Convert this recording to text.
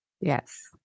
Yes